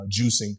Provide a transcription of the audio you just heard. juicing